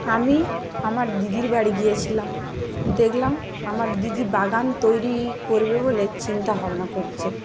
আমি আমার দিদির বাড়ি গিয়েছিলাম দেখলাম আমার দিদি বাগান তৈরি করবে বলে চিন্তাভাবনা করছে